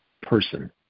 person